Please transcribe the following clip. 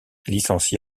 licencié